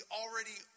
already